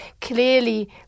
clearly